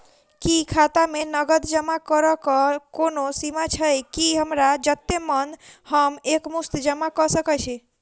की खाता मे नगद जमा करऽ कऽ कोनो सीमा छई, की हमरा जत्ते मन हम एक मुस्त जमा कऽ सकय छी?